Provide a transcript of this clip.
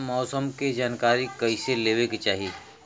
मौसम के जानकारी कईसे लेवे के चाही?